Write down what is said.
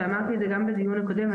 ואמרתי את זה גם בדיון הקודם: